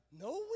No